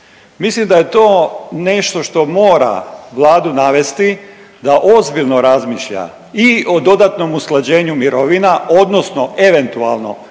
Mislim da je to nešto što mora vladu navesti da ozbiljno razmišlja i o dodatnom usklađenju mirovina odnosno eventualno